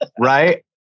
Right